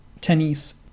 tennis